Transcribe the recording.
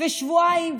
שבועיים,